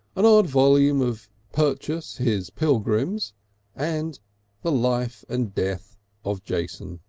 an odd volume of purchas his pilgrimes and the life and death of jason.